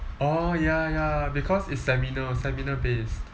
oh ya ya because it's seminar seminar based